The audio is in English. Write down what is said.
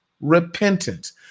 repentance